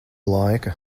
laika